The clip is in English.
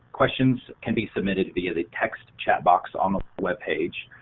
questions can be submitted via the text chat box on the web page,